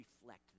reflect